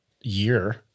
year